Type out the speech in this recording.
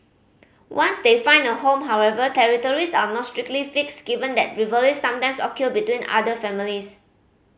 once they find a home however territories are not strictly fixed given that rivalries sometimes occur between otter families